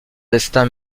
destin